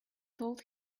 told